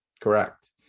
Correct